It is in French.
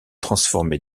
transformé